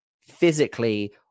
physically